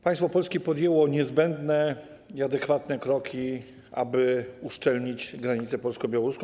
Państwo polskie podjęło niezbędne i adekwatne kroki, aby uszczelnić granicę polsko-białoruską.